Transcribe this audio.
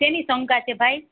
શેની શંકા છે ભાઈ